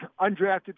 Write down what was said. undrafted